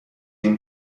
این